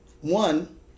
One